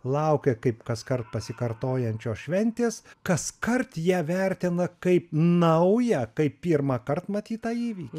laukia kaip kaskart pasikartojančios šventės kaskart ją vertina kaip naują kai pirmąkart matytą įvykį